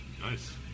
Nice